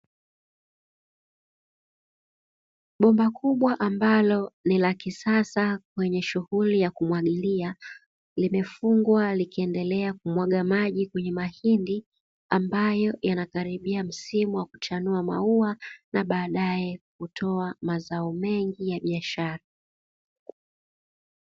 Bomba kubwa ambalo ni la kisasa kwenye shughuli ya kumwagilia, limefungwa likiendelea kumwaga maji kwenye mahindi ambayo yamekaribia msimu wa kuchanua maua na baadae kutoa mazao mengi ya biashara.